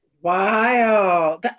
Wow